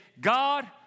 God